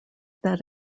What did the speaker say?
that